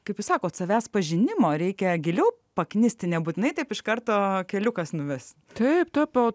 kaip sako savęs pažinimo reikia giliau paknisti nebūtinai taip iš karto keliukas nuves taip toli